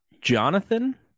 Jonathan